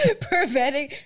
Preventing